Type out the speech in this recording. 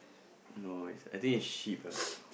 no it's uh I think is sheep ah